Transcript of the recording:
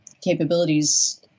capabilities